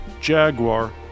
Jaguar